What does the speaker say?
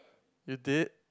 you did